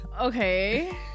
Okay